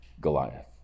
Goliath